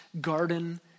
garden